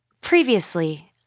Previously